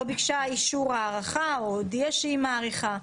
ביקשה אישור הארכה או הודיעה שהיא מאריכה.